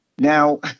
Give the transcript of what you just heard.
Now